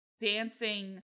dancing